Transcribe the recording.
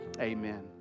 Amen